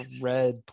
red